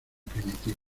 primitivo